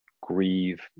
grieve